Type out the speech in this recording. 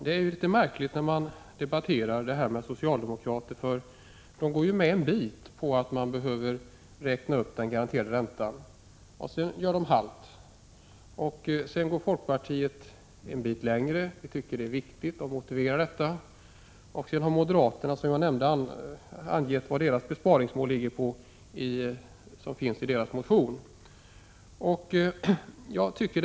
Det är litet märkligt när man debatterar sådant här med socialdemokrater, för de går med en bit, men sedan gör de halt. Folkpartiet går en bit längre. Vi tycker det är riktigt att räkna upp den garanterade räntan, och vi motiverar detta. Moderaterna har sedan i sin motion angivit vad deras besparingsmål ligger på.